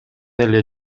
эле